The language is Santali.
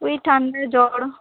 ᱳᱭ ᱴᱷᱟᱸᱰᱟ ᱡᱚᱨ